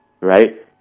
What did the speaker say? right